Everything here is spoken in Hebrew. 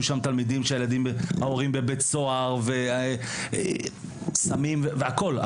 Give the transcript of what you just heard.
שם תלמידים שההורים בבית סוהר וסמים והכול,